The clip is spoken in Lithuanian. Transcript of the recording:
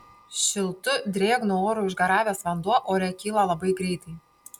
šiltu drėgnu oru išgaravęs vanduo ore kyla labai greitai